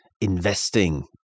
investing